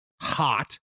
hot